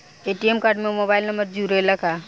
ATM card में mobile number जुरेला का?